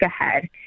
ahead